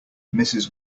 mrs